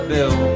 Bill